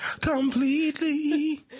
completely